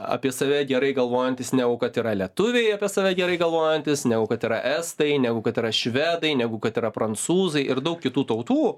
apie save gerai galvojantys negu kad yra lietuviai apie save gerai galvojantys negu kad yra estai negu kad yra švedai negu kad yra prancūzai ir daug kitų tautų